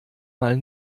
mal